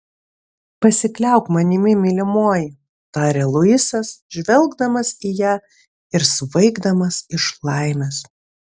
pasikliauk manimi mylimoji tarė luisas žvelgdamas į ją ir svaigdamas iš laimės